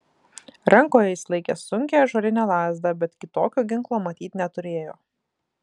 rankoje jis laikė sunkią ąžuolinę lazdą bet kitokio ginklo matyt neturėjo